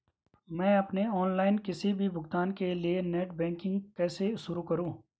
मैं अपने ऑनलाइन किसी भी भुगतान के लिए नेट बैंकिंग कैसे शुरु करूँ?